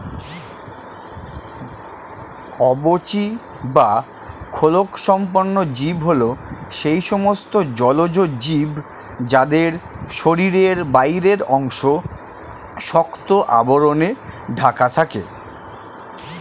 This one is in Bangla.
কবচী বা খোলকসম্পন্ন জীব হল সেই সমস্ত জলজ জীব যাদের শরীরের বাইরের অংশ শক্ত আবরণে ঢাকা থাকে